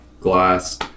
glass